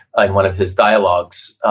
and one of his dialogues,